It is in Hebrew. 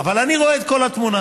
אבל אני רואה את כל התמונה